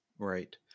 Right